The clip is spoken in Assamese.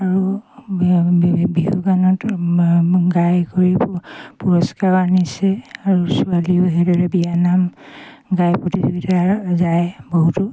আৰু বিহুগানতো গাই কৰি পুৰস্কাৰো আনিছে আৰু ছোৱালীও সেইদৰে বিয়ানাম গাই প্ৰতিযোগিতা যায় বহুতো